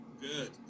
Good